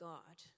God